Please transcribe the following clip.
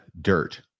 dirt